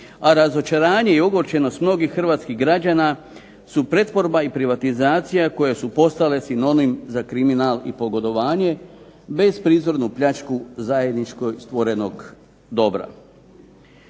a razočaranje i ogorčenost mnogih hrvatskih građana su pretvorba i privatizacija koje su postale sinonim za kriminal i pogodovanje bez prizornu pljačku zajednički stvorenog dobra.